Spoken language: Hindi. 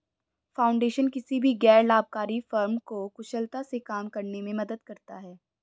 फाउंडेशन किसी भी गैर लाभकारी फर्म को कुशलता से काम करने में मदद करता हैं